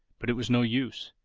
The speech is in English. but it was no use.